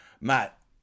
Matt